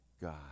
God